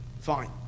Fine